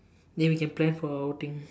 then we can plan for a outing